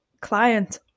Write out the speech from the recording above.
client